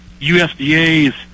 USDA's